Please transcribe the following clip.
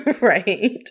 right